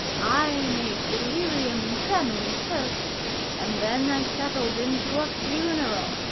i made delirium tremens first and then i settled into a funeral,